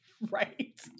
Right